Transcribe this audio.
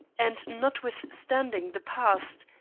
and notwithstanding the past,